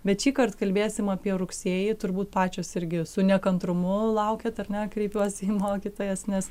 bet šįkart kalbėsim apie rugsėjį turbūt pačios irgi su nekantrumu laukiat ar ne kreipiuosi į mokytojas nes